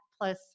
plus